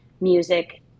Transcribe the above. music